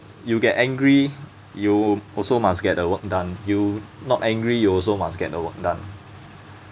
you get angry you also must get the work done you not angry you also must get the work done